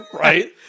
Right